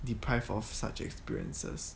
deprive of such experiences